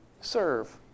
serve